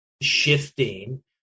shifting